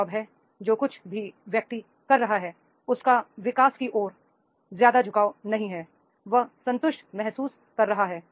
job है जो कुछ भी व्यक्ति कर रहा है उसका विकास की ओर ज्यादा झु काव नहीं है वह संतुष्ट महसूस कर रहा है